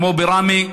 כמו בראמה,